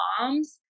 moms